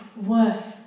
worth